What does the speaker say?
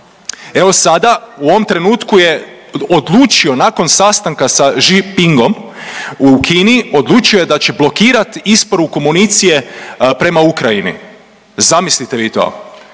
evo sada, u ovom trenutku je odlučio, nakon sastanka sa Jinpingom u Kini, odlučio da će blokirati isporuku municije prema Ukrajini. Zamislite vi to.